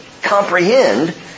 comprehend